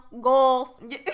goals